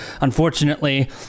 Unfortunately